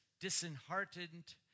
disheartened